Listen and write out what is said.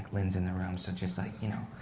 lin's in the room, so just like, you know.